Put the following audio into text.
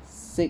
sick